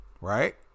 right